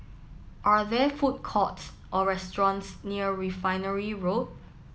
are there food courts or restaurants near Refinery Road